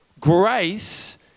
grace